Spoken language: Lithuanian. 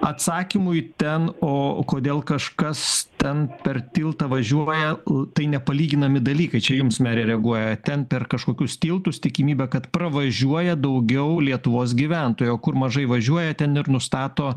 atsakymui ten o kodėl kažkas ten per tiltą važiuoja tai nepalyginami dalykai čia jums mere reaguoja ten per kažkokius tiltus tikimybę kad pravažiuoja daugiau lietuvos gyventojų o kur mažai važiuoja ten ir nustato